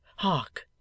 Hark